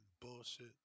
bullshit